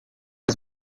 azi